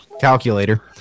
calculator